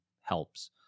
helps